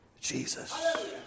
Jesus